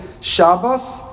Shabbos